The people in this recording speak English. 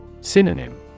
Synonym